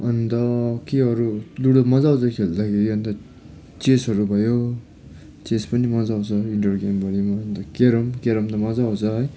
अन्त के अरू लुडो मजा आउँछ खेल्दाखेरि अन्त चेसहरू भयो चेस पनि मजा आउँछ इन्टर गेम भयो अन्त क्यारम क्यारम त मजा आउँछ है